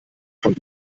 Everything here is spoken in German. von